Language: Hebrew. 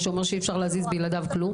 מה שאומר שאי אפשר להזיז בלעדיו כלום,